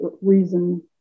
reason